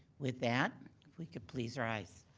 with that, if we could please rise.